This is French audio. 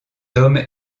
homme